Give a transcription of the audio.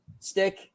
stick